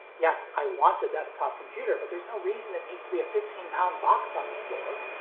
yes i want a desktop computer, but there's no reason it needs to be a fifteen pound box on the floor.